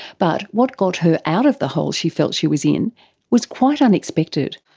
but what got her out of the hole she felt she was in was quite unexpected.